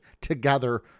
together